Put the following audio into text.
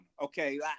Okay